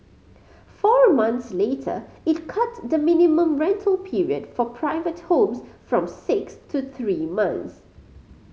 four of months later it cut the minimum rental period for private homes from six to three months